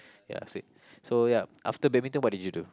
ya so it so ya after badminton what did you do